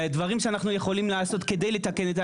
דברים שאנחנו יכולים לעשות כדי לתקן,